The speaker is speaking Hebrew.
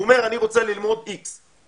הוא אומר שהוא רוצה ללמוד משהו מסוים.